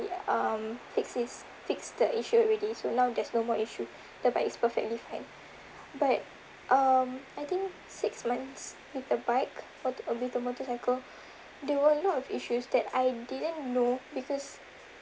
um fixed this fixed the issue already so now there's no more issue the bike is perfectly fine but um I think six months with the bike ot~ uh with the motorcycle there were a lot of issues that I didn't know because